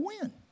win